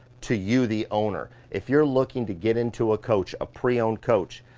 to you the owner. if you're looking to get into a coach, a pre owned coach,